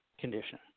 condition